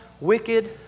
wicked